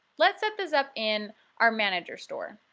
let's set this up in our manager store.